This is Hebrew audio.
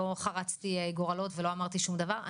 לא חרצתי גורלות ולא אמרתי שום דבר.